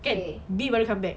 okay